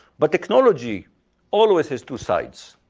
but technology always has two sides.